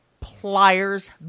Pliers